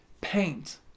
paint